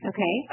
Okay